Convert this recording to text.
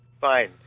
Fine